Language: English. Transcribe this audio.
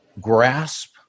grasp